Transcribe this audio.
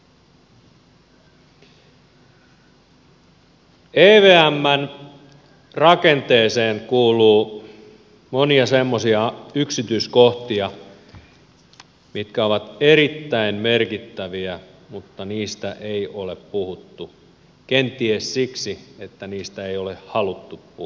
evmn rakenteeseen kuuluu monia semmoisia yksityiskohtia mitkä ovat erittäin merkittäviä mutta niistä ei ole puhuttu kenties siksi että niistä ei ole haluttu puhua